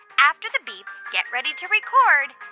after the beep, get ready to record